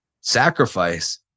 sacrifice